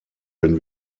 wenn